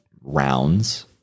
rounds